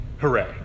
Hooray